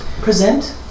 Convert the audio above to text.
Present